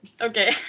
Okay